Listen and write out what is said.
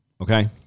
Okay